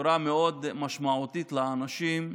בצורה משמעותית מאוד לאנשים,